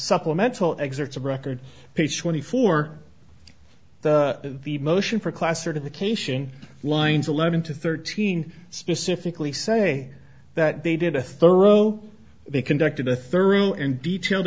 supplemental excerpts of record pace twenty four the motion for class or to the cation lines eleven to thirteen specifically say that they did a thorough they conducted a thorough and detailed